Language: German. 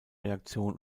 reaktion